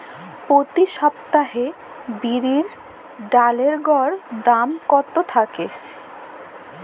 প্রতি সপ্তাহে বিরির ডালের গড় দাম কত থাকে?